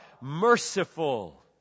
merciful